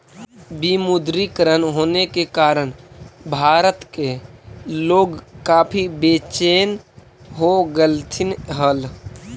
विमुद्रीकरण होने के कारण भारत के लोग काफी बेचेन हो गेलथिन हल